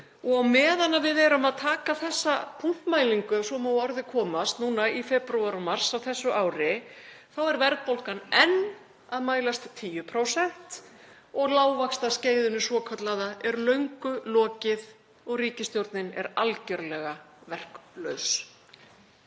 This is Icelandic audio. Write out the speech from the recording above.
Og á meðan við erum að taka þessa punktmælingu, ef svo má að orði komast, í febrúar og mars á þessu ári, þá er verðbólgan enn að mælast 10%. Lágvaxtaskeiðinu svokallaða er löngu lokið og ríkisstjórnin er algerlega verklaus.